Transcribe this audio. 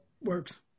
works